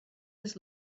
has